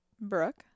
Brooke